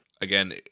again